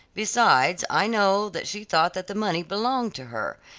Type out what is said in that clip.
besides, i know that she thought that the money belonged to her,